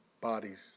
bodies